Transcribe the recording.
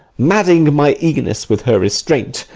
madding my eagerness with her restraint,